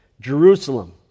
Jerusalem